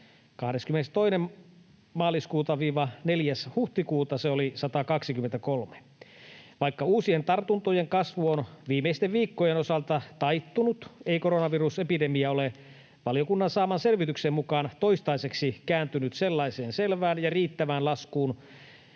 22. maaliskuuta — 4. huhtikuuta se oli 123. Vaikka uusien tartuntojen kasvu on viimeisten viikkojen osalta taittunut, ei koronavirusepidemia ole valiokunnan saaman selvityksen mukaan toistaiseksi kääntynyt todettavien tapausten tai